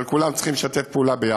כולנו צריכים לשתף פעולה ביחד.